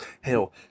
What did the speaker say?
Hell